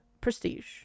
Prestige